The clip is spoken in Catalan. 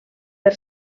per